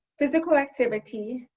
physical activity,